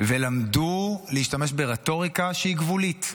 ולמדו להשתמש ברטוריקה שהיא גבולית.